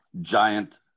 giant